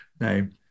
name